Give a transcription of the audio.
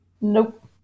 Nope